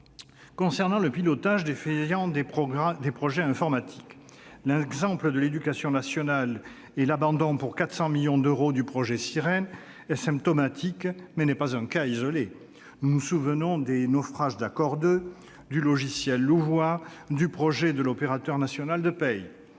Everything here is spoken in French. pilotage défaillant des projets informatiques, l'exemple de l'éducation nationale avec l'abandon, pour un coût de 400 millions d'euros, du projet Sirhen est symptomatique, mais n'est pas un cas isolé. Nous nous souvenons des naufrages d'Accord II, du logiciel Louvois et du projet de l'Opérateur national de paie.